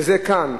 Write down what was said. שהם כאן.